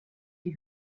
die